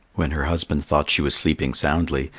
when her husband thought she was sleeping soundly,